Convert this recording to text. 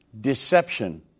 Deception